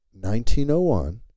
1901